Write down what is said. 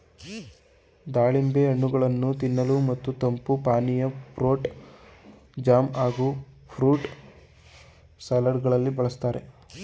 ದಾಳಿಂಬೆ ಹಣ್ಣುಗಳನ್ನು ತಿನ್ನಲು ಮತ್ತು ತಂಪು ಪಾನೀಯ, ಫ್ರೂಟ್ ಜಾಮ್ ಹಾಗೂ ಫ್ರೂಟ್ ಸಲಡ್ ಗಳಲ್ಲಿ ಬಳ್ಸತ್ತರೆ